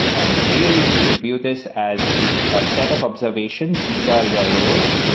and really you could view this as a set of observations. these are your rows.